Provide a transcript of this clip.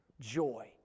joy